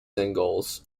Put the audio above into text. singles